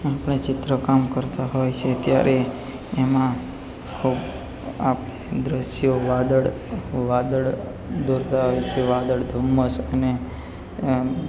આપણે ચિત્રકામ કરતા હોય છે ત્યારે એમાં ખૂબ આબ એ દૃશ્યો વાદળ વાદળ દોરતા હોય છે વાદળ ધુમ્મસ અને એમ